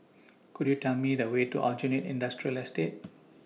Could YOU Tell Me The Way to Aljunied Industrial Estate